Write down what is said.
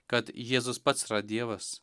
kad jėzus pats yra dievas